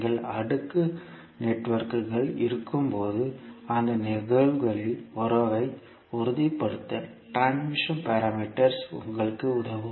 நீங்கள் அடுக்கு நெட்வொர்க்குகள் இருக்கும்போது அந்த நிகழ்வுகளில் உறவை உறுதிப்படுத்த டிரான்ஸ்மிஷன் பாராமீட்டர்ஸ் உங்களுக்கு உதவும்